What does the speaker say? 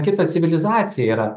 kita civilizacija yra